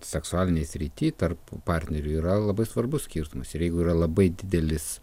seksualinėj srity tarp partnerių yra labai svarbus skirtumas jeigu yra labai didelis